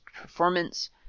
performance